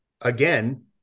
again